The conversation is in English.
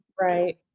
Right